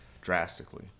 drastically